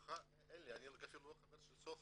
אני אפילו לא חבר של סופה,